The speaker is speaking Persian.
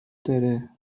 داره